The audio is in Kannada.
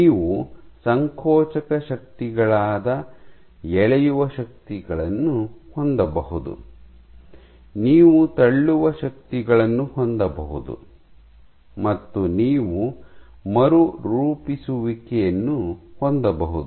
ನೀವು ಸಂಕೋಚಕ ಶಕ್ತಿಗಳಾದ ಎಳೆಯುವ ಶಕ್ತಿಗಳನ್ನು ಹೊಂದಬಹುದು ನೀವು ತಳ್ಳುವ ಶಕ್ತಿಗಳನ್ನು ಹೊಂದಬಹುದು ಮತ್ತು ನೀವು ಮರುರೂಪಿಸುವಿಕೆಯನ್ನು ಹೊಂದಬಹುದು